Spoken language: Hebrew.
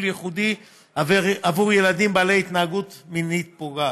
ייחודי עבור ילדים בעלי התנהגות מינית פוגעת.